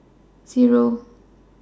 Zero